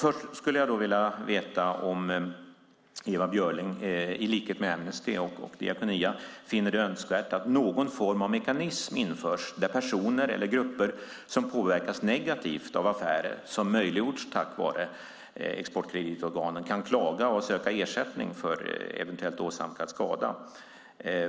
Först skulle jag vilja veta om Ewa Björling i likhet med Amnesty och Diakonia finner det önskvärt att någon form av mekanism införs där personer eller grupper som påverkas negativt av affärer som möjliggjorts tack vare exportkreditorganen kan klaga och söka ersättning för eventuellt åsamkad skada.